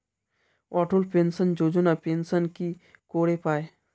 অটল pension Yojana pension কি করে পায়?